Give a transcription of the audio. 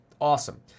awesome